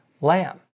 lamb